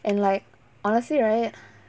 and like honestly right